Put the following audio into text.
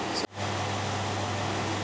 सोयाबीनचे कोणते बियाणे चांगले असते?